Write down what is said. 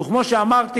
וכמו שאמרתי,